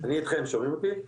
אני אתכם שומעים אותי?